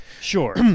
sure